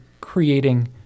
creating